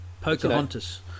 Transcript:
Pocahontas